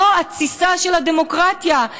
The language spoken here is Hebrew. זו התסיסה של הדמוקרטיה.